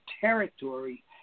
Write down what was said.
territory